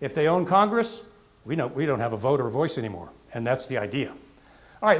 if they own congress we know we don't have a voter voice anymore and that's the idea i